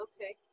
okay